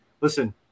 listen